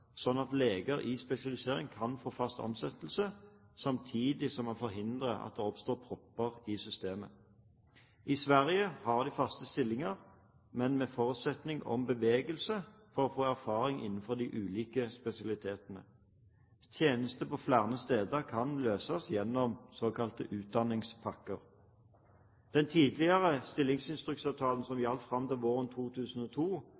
at leger i spesialisering kan få fast ansettelse, samtidig som man forhindrer at det oppstår propper i systemet. I Sverige har de faste stillinger, men med forutsetning om «bevegelse» for å få erfaring innenfor de ulike spesialitetene. Tjeneste på flere steder kan løses gjennom såkalte utdanningspakker. Den tidligere stillingsinstruksavtalen som